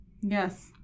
Yes